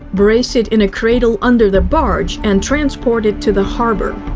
brace it in a cradle under the barge, and transport it to the harbor.